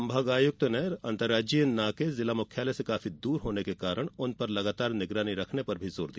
संभागायक्त ने अंतर्राज्यीय नाके जिला मुख्यालय से काफी दूर होने के कारण उन पर लगातार निगरानी रखने पर जोर दिया